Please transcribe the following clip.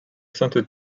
sainte